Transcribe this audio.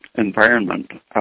environment